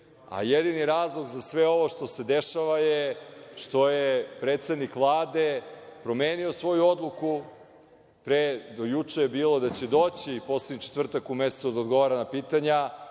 jedini razlog za sve ovo što se dešava je, što je predsednik Vlade promenio svoju odluku, do juče je bilo da će doći poslednji četvrtak u mesecu da odgovara na pitanja,